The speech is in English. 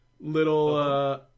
Little